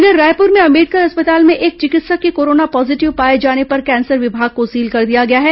इधर रायपुर में अंबेडकर अस्पताल में एक चिकित्सक के कोरोना पॉजीटिव पाए जाने पर कैंसर विमाग को सील कर दिया गया है